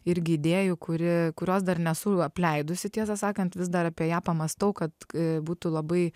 irgi idėjų kuri kurios dar nesu apleidusi tiesą sakant vis dar apie ją pamąstau kad būtų labai